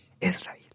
Israel